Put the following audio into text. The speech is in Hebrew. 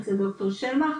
אצל דר' שלמך,